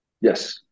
Yes